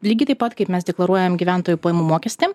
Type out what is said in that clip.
lygiai taip pat kaip mes deklaruojam gyventojų pajamų mokestį